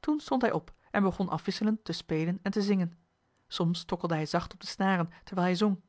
toen stond hij op en begon afwisselend te spelen en te zingen soms tokkelde hij zacht op de snaren terwijl hij zong